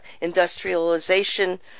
industrialization